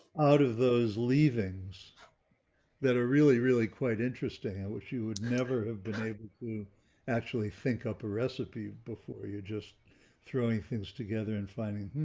out of those leavings that are really, really quite interesting. i wish you would never have been able to actually think up a recipe before you're just throwing things together and finding